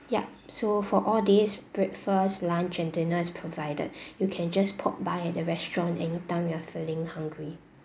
yup so for all this breakfast lunch and dinner is provided you can just pop by at the restaurant anytime you're feeling hungry